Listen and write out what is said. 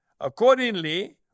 Accordingly